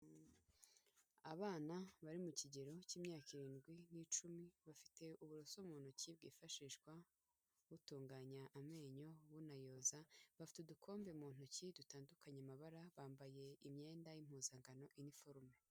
Abana bari mu kigero cy'imyaka irindwi n'icumi, bafite uburoso mu ntoki bwifashishwa butunganya amenyo bunayoza, bafite udukombe mu ntoki dutandukanye amabara, bambaye imyenda y'impuzankano iniforume.